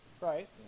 Right